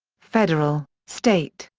federal, state,